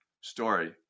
story